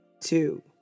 two